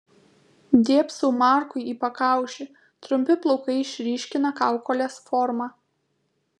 dėbsau markui į pakaušį trumpi plaukai išryškina kaukolės formą